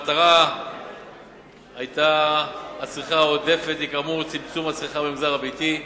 מטרת היטל הצריכה העודפת היתה צמצום הצריכה במגזר הביתי.